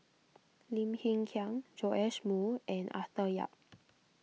Lim Hng Kiang Joash Moo and Arthur Yap